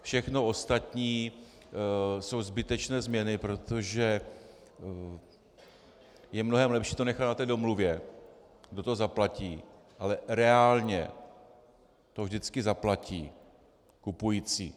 Všechno ostatní jsou zbytečné změny, protože je mnohem lepší to nechat na domluvě, kdo to zaplatí, ale reálně to vždycky zaplatí kupující.